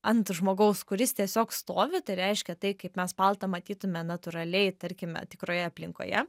ant žmogaus kuris tiesiog stovi tai reiškia tai kaip mes paltą matytume natūraliai tarkime tikroje aplinkoje